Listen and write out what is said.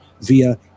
via